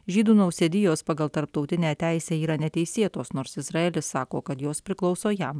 žydų nausėdijos pagal tarptautinę teisę yra neteisėtos nors izraelis sako kad jos priklauso jam